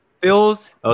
Bills